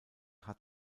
hat